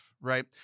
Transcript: right